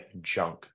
junk